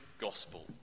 gospel